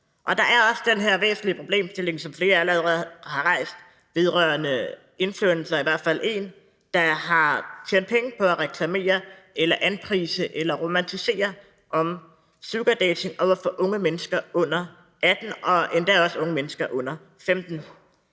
der er også den her væsentlige problemstilling, som flere allerede har rejst, vedrørende influencere; der er i hvert fald en, der har tjent penge på at reklamere eller anprise eller romantisere sugardating over for unge mennesker under 18 år og endda også unge mennesker under 15